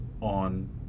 on